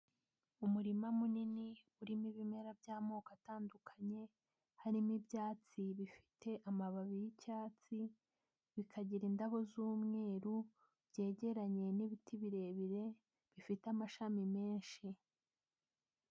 Umurima munini urimo ibimera by'amoko atandukanye harimo ibyatsi bifite amababi y'icyatsi, bikagira indabo z'umweru byegeranye n'ibiti birebire bifite amashami menshi.